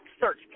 search